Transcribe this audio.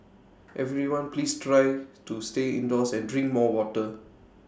everyone please try to stay indoors and drink more water